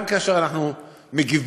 גם כאשר אנחנו מגיבים,